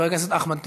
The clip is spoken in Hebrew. חבר הכנסת אחמד טיבי.